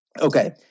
Okay